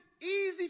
easy